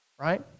Right